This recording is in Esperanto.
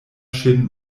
ŝin